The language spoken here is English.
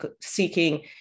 seeking